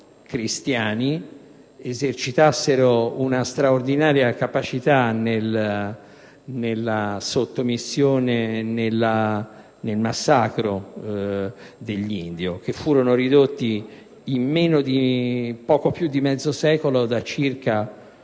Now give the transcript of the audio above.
cristiani possedessero una straordinaria capacità nella sottomissione e nel massacro degli indios, tanto che questi furono ridotti in poco più di mezzo secolo da circa